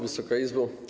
Wysoka Izbo!